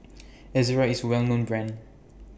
Ezerra IS Well known Brand